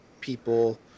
people